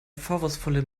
vorwurfsvolle